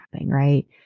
Right